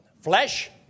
Flesh